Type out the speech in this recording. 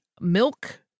milk